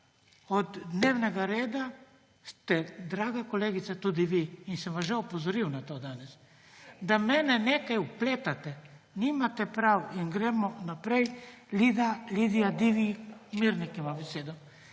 od dnevnega reda, ste, draga kolegica, to tudi vi, in sem vas že opozoril na to danes. Da mene nekaj v vpletate, nimate prav. Gremo naprej. Lidija Divjak Mirnik ima besedo